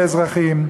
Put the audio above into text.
כאזרחים,